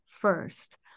first